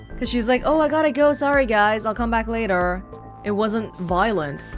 cause she's like, oh, i gotta go, sorry guys, i'll come back later it wasn't violent